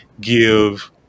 give